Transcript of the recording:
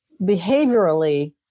behaviorally